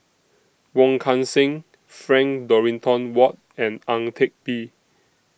Wong Kan Seng Frank Dorrington Ward and Ang Teck Bee